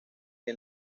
que